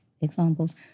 examples